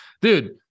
dude